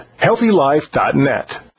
HealthyLife.net